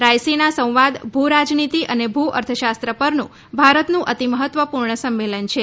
રાયસીના સંવાદ ભૂ રાજનીતિ અને ભૂ અર્થશાસ્ત્ર પરનું ભારતનું અતિમહત્વપૂર્ણ સંમેલન છે